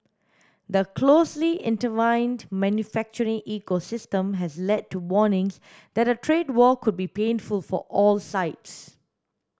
the closely intertwined manufacturing ecosystem has led to warnings that a trade war would be painful for all sides